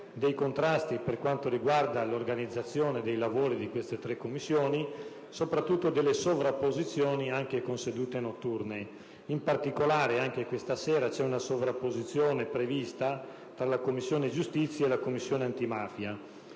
contrasti riguardo all'organizzazione dei lavori di queste tre Commissioni e, soprattutto, delle sovrapposizioni anche con sedute notturne. In particolare, anche questa sera è prevista una sovrapposizione fra la Commissione giustizia e la Commissione antimafia.